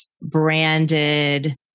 branded